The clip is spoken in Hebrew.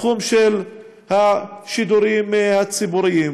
בתחום של השידורים הציבוריים.